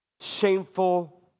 shameful